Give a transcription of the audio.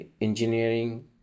engineering